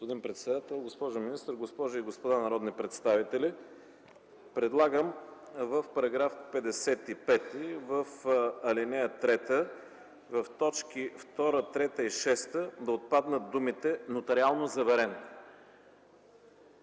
Господин председател, госпожо министър, госпожи и господа народни представители! Предлагам в § 55, в ал. 3, в точки 2, 3 и 6 да отпаднат думите „нотариално заверено”.